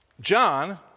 John